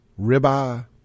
Ribeye